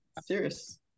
serious